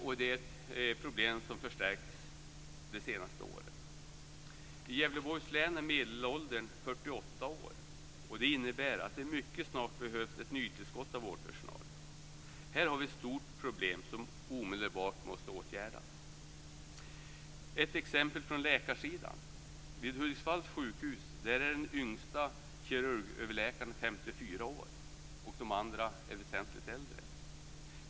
Det är ett problem som förstärkts de senaste åren. I Gävleborgs län är medelåldern 48 år. Det innebär att det mycket snart behövs ett nytillskott av vårdpersonal. Här har vi ett stort problem som omedelbart måste åtgärdas. Låt mig ta ett exempel från läkarsidan. Vid Hudiksvalls sjukhus är den yngsta kirurgöverläkaren 54 år. De andra är väsentligt äldre.